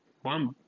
One